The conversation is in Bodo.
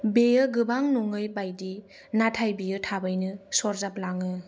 बेयो गोबां नङै बायदि नाथाय बियो थाबैनो सरजाबलाङो